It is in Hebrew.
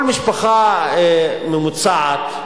כל משפחה ממוצעת,